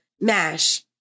Mash